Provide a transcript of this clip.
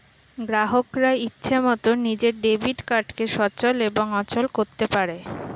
গ্রাহকরা ইচ্ছে মতন নিজের ডেবিট কার্ডকে সচল এবং অচল করতে পারে